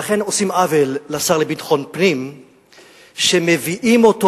עושים עוול לשר לביטחון פנים שמביאים אותו